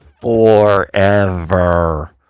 forever